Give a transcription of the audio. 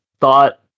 thought